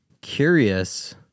curious